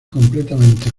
completamente